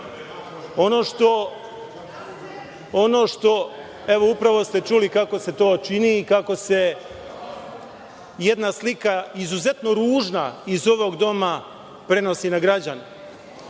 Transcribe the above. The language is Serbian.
ovog doma. Evo, upravo ste čuli kako ste to čini i kako se jedna slika, izuzetno ružna, iz ovog doma prenosi na građane.